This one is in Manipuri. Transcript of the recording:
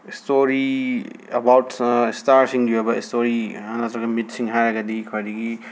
ꯁ꯭ꯇꯣꯔꯤ ꯑꯕꯥꯎꯠ ꯁ꯭ꯇꯥꯔꯁꯤꯡꯒꯤ ꯑꯣꯏꯕ ꯁ꯭ꯇꯣꯔꯤ ꯅꯠꯇ꯭ꯔꯒ ꯃꯤꯠꯁꯤꯡ ꯍꯥꯏꯔꯒꯗꯤ ꯈ꯭ꯋꯥꯏꯗꯒꯤ